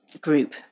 group